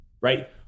Right